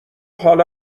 حالا